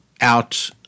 out